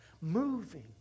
moving